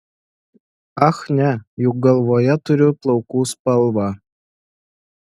ach ne juk galvoje turiu plaukų spalvą